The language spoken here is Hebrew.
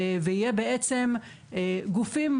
יהיו גופים,